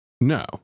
No